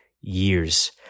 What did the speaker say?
years